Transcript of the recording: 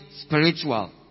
spiritual